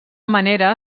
manera